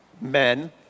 Men